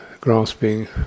grasping